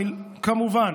כמובן,